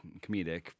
comedic